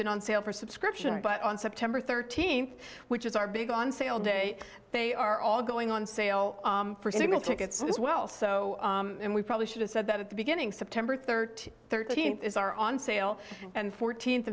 been on sale for subscription but on september thirteenth which is our big on sale day they are all going on sale for several tickets as well so we probably should have said that at the beginning september thirtieth thirteenth is are on sale and fourteenth